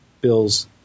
Bill's